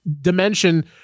dimension